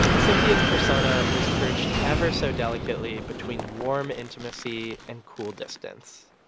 cynthia's persona was perched ever so delicately between warm intimacy and cool distance.